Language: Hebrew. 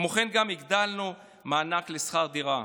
כמו כן, הגדלנו את המענק לשכר דירה.